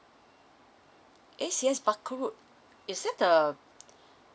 A_C_S barker road is that the